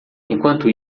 enquanto